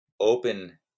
open